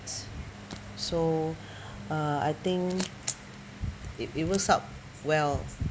so uh I think it it works out well